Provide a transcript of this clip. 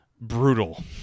brutal